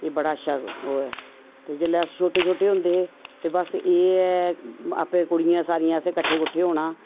एह् बड़ा अच्छा ओह् ऐ ते जेह्लै अस छोटे छोटे होंदे हे ते बस एह् आपें कुड़ियें सारियें असैं कट्ठे कुट्ठे होना